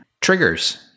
Triggers